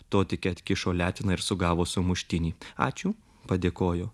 totikė atkišo leteną ir sugavo sumuštinį ačiū padėkojo